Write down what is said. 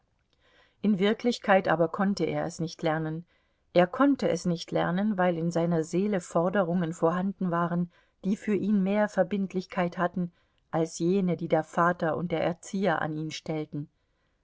in wirklichkeit aber konnte er es nicht lernen er konnte es nicht lernen weil in seiner seele forderungen vorhanden waren die für ihn mehr verbindlichkeit hatten als jene die der vater und der erzieher an ihn stellten